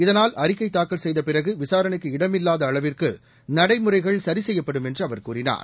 இதனால் அறிக்கை தாக்கல் செய்தபிறகு விசாரணைக்கு இடமில்லாத அளவிற்கு நடைமுறைகள் சரி செய்யப்படும் என்று அவர் கூறினார்